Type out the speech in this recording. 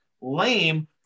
lame